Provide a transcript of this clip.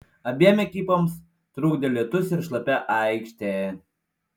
abiem ekipoms trukdė lietus ir šlapia aikštė